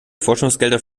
forschungsgelder